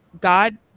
God